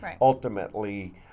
ultimately